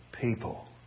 people